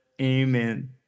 Amen